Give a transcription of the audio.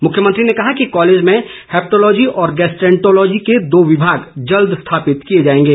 मुख्यमंत्री ने कहा कि कॉलेज में हैप्टोलॉजी और गैसट्रैंटोलॉजी के दो विभाग जल्द ही स्थापित किए जाएंगे